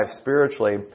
spiritually